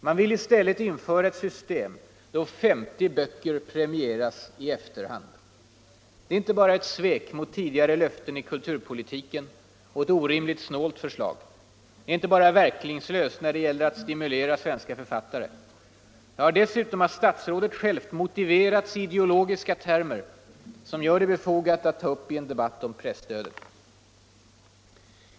Man vill i stället införa ett system då 50 böcker premieras i efterhand. Det är inte bara ett svek mot tidigare löften i kulturpolitiken och ett orimligt snålt förslag. Det är inte bara verkningslöst när det gäller att stimulera svenska författare. Det har dessutom av statsrådet själv motiverats i ideologiska termer som gör det befogat att ta upp i en debatt om presstödet.